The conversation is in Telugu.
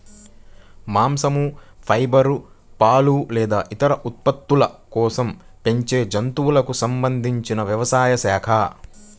మాంసం, ఫైబర్, పాలు లేదా ఇతర ఉత్పత్తుల కోసం పెంచే జంతువులకు సంబంధించిన వ్యవసాయ శాఖ